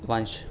ਵੰਸ਼